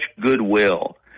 goodwill